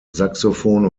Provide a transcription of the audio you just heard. saxophon